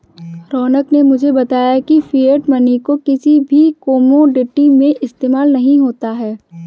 रौनक ने मुझे बताया की फिएट मनी को किसी भी कोमोडिटी में इस्तेमाल नहीं होता है